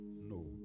No